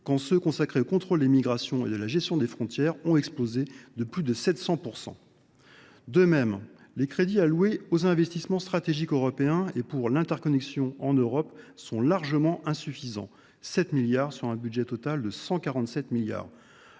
qui sont consacrés au contrôle des migrations et à la gestion des frontières ont explosé de plus de 700 %. De même, les crédits alloués aux investissements stratégiques européens ou pour l’interconnexion en Europe sont largement insuffisants : ils représentent 7 milliards d’euros, sur un budget total de 147 milliards